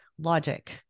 logic